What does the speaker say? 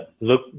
look